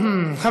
נוכח,